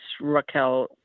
Raquel